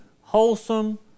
wholesome